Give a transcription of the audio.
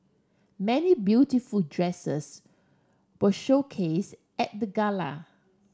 many beautiful dresses were showcase at the gala